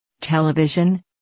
television